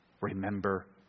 remember